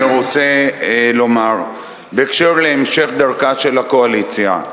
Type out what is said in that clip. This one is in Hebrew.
אני רוצה לומר בהקשר של המשך דרכה של הקואליציה.